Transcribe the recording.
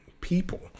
people